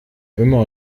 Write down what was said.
immer